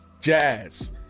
Jazz